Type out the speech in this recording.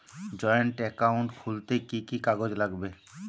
Joint account খুলতে কি কি কাগজ লাগবে?